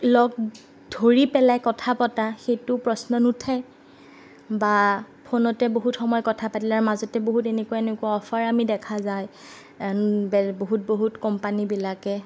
লগ ধৰি পেলাই কথা পতা সেইটো প্ৰশ্ন নুঠে বা ফোনতে বহুত সময় কথা পাতিলে আৰু মাজতে বহুত এনেকুৱা এনেকুৱা অফাৰ আমি দেখা যায় বহুত বহুত কম্পানিবিলাকে